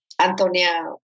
Antonia